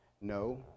No